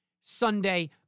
Sunday